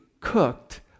cooked